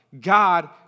God